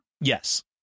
Yes